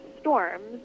storms